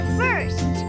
first